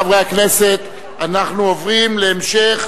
של חבר הכנסת אורי אריאל וחברי כנסת אחרים,